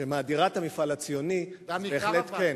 שמאדירה את המפעל הציוני, בהחלט כן.